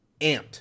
amped